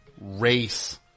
race